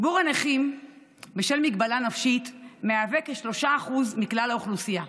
ציבור הנכים בשל מגבלה נפשית מהווה כ-3% מכלל האוכלוסייה,